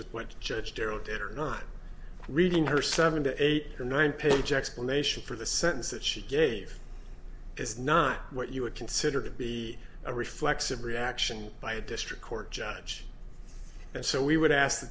with what judge pirro did or not reading her seven to eight or nine page explanation for the sense that she gave is not what you would consider to be a reflexive reaction by a district court judge and so we would ask th